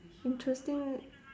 interesting